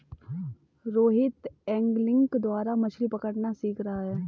Rohit angling द्वारा मछ्ली पकड़ना सीख रहा है